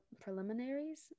Preliminaries